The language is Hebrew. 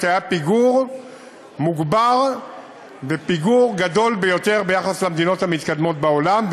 היה פיגור מוגבר ופיגור גדול ביותר ביחס למדינות המתקדמות בעולם,